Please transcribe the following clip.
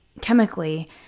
chemically